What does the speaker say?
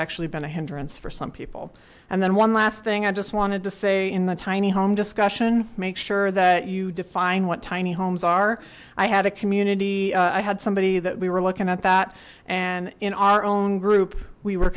actually been a hindrance for some people and then one last thing i just wanted to say in the tiny home discussion make sure that you define what tiny homes are i had a community i had somebody that we were looking at that and in our own group we were